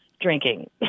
drinking